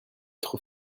trop